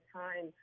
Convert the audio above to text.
time